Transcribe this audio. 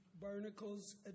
barnacles